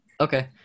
Okay